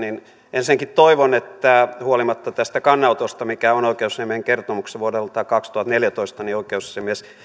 ensinnäkin toivon että huolimatta tästä kannanotosta mikä on oikeusasiamiehen kertomuksessa vuodelta kaksituhattaneljätoista oikeusasiamies